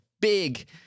big